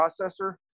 processor